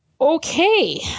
Okay